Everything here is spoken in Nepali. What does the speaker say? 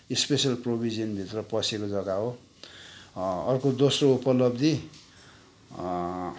स्पेसल प्रोभिजनभित्र पसेको जग्गा हो अर्को दोस्रो उपलब्धि